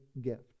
gift